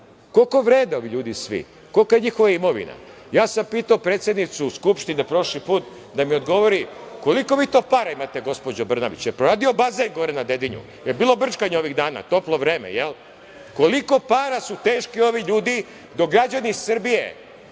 Koliko vrede ovi ljudi svi? Kolika je njihova imovina? Ja sam pitao predsednicu Skupštine prošli put da mi odgovori – koliko vi to para imate, gospođo Brnabić, jel proradio bazen gore na Dedinju, jel bilo brčkanja ovih dana? Toplo vreme, jel? Koliko para su teški ovi ljudi dok građani Srbije